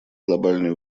глобальные